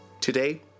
Today